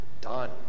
done